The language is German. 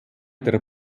der